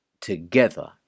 together